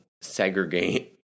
segregate